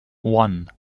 one